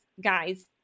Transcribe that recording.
guys